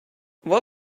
what